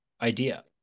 idea